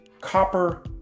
copper